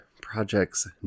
projects